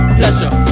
pleasure